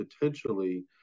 potentially